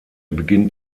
beginnt